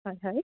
হয় হয়